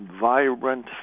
vibrant